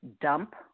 dump